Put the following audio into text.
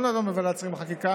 לא נדון בוועדת שרים לחקיקה,